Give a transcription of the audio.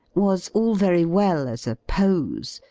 was all very well as a pose,